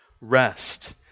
rest